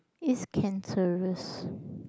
is cancerous